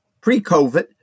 pre-COVID